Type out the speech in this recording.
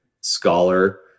scholar